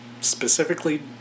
specifically